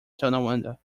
tonawanda